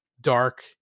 dark